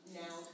now